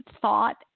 thought